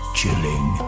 chilling